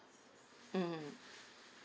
mmhmm